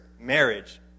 marriage